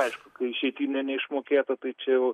aišku kai išeitinė neišmokėta tai čia